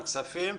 הכספים,